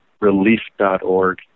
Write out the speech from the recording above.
relief.org